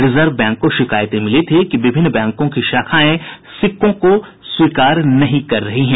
reserve Bank को शिकायतें मिली थी कि विभिन्न बैंको की शाखाएं सिक्कों को स्वीकार नहीं कर रही है